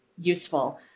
useful